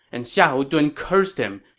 and xiahou dun cursed him,